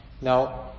Now